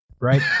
Right